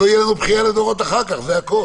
שלא תהיה לנו בכייה לדורות אחר כך, זה הכול.